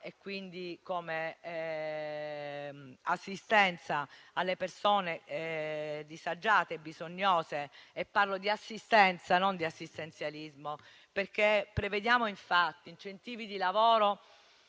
come assistenza alle persone disagiate e bisognose. Parlo di assistenza e non di assistenzialismo, perché prevediamo incentivi per i datori di lavoro